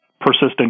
persistent